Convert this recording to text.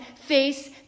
face